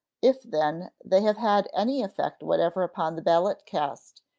if, then, they have had any effect whatever upon the ballot cast,